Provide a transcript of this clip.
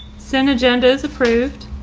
center agenda is approved.